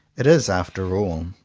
it is after all,